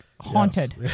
Haunted